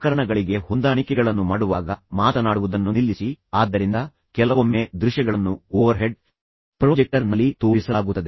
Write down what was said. ಉಪಕರಣಗಳಿಗೆ ಹೊಂದಾಣಿಕೆಗಳನ್ನು ಮಾಡುವಾಗ ಮಾತನಾಡುವುದನ್ನು ನಿಲ್ಲಿಸಿ ಆದ್ದರಿಂದ ಕೆಲವೊಮ್ಮೆ ದೃಶ್ಯಗಳನ್ನು ಓವರ್ಹೆಡ್ ಪ್ರೊಜೆಕ್ಟರ್ನಲ್ಲಿ ತೋರಿಸಲಾಗುತ್ತದೆ